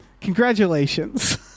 congratulations